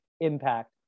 impact